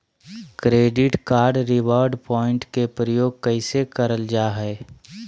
Credit card reward point के प्रयोग कैसे करल जा है?